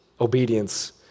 obedience